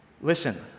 listen